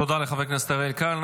תודה לחבר הכנסת אריאל קלנר.